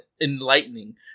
enlightening